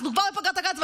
אנחנו כבר בפגרת הקיץ.